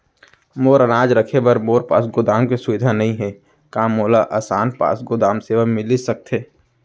मोर अनाज रखे बर मोर पास गोदाम के सुविधा नई हे का मोला आसान पास गोदाम सेवा मिलिस सकथे?